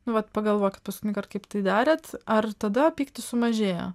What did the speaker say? nu vat pagalvokit paskutinįkart kaip tai darėt ar tada pyktis sumažėjo